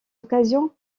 occasions